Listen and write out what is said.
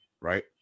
right